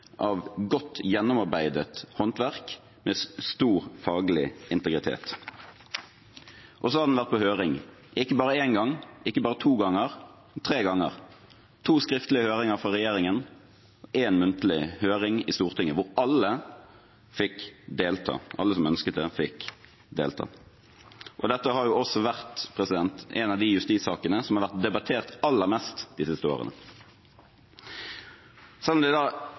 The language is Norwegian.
av godt gjennomarbeidet håndverk, med stor faglig integritet. Så har den vært på høring, ikke bare én gang, ikke bare to ganger, men tre ganger – to skriftlige høringer fra regjeringen og én muntlig høring i Stortinget hvor alle som ønsket det, fikk delta. Dette har vært en av de justissakene som har vært debattert aller mest de siste årene. Selv om det